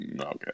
Okay